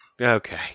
Okay